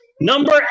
Number